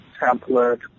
template